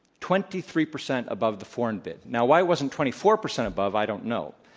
twenty-three percent above the foreign bid. now, why it wasn't twenty-four percent above, i don't know.